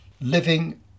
living